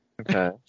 Okay